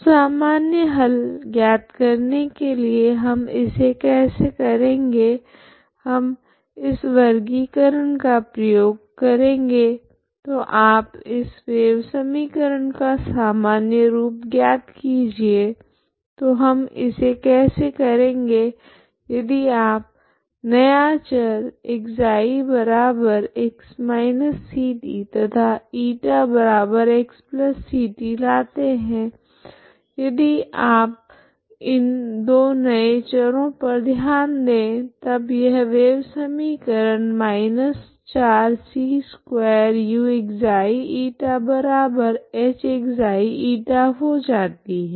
तो सामान्य हल ज्ञात करने के लिए हम इसे कैसे करेगे हम इस वर्गिकरण का प्रयोग करेगे तो आप इस वेव समीकरण का सामान्य रूप ज्ञात कीजिए तो हम इसे कैसे करेगे यदि आप नया चर ξx−ct तथा ηxct लाते है यदि आप इन दो नए चरो पर ध्यान दे तब यह वेव समीकरण −4 c2uξηhξ η हो जाती है